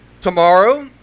Tomorrow